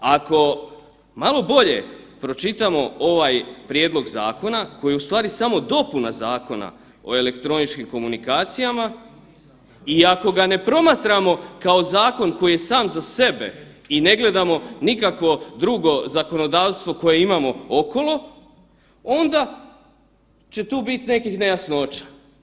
Ako malo bolje pročitamo ovaj prijedlog zakona koji ustvari samo dopuna Zakona o elektroničkim komunikacijama i ako ga ne promatramo kao zakon koji je sam za sebe i ne gledamo nikakvo drugo zakonodavstvo koje imamo okolo, onda će tu biti nekih nejasnoća.